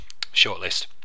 shortlist